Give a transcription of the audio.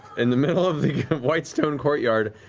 in the middle of the whitestone courtyard,